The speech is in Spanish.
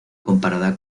comparada